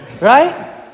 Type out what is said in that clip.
Right